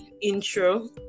intro